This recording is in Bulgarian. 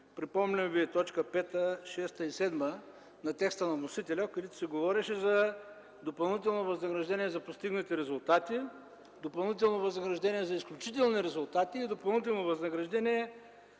Припомням Ви точки 5, 6 и 7 от текста на вносителя, където се говореше за допълнително възнаграждение за постигнати резултати, допълнително възнаграждение за изключителни резултати и допълнително възнаграждение